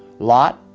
lot,